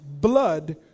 blood